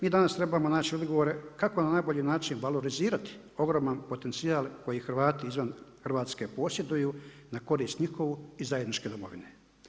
Mi danas trebamo naći odgovore kako na najbolji način valorizirati ogroman potencijal koji Hrvati izvan Hrvatske posjeduju na korist njihovu i zajedničke domovine.